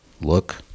look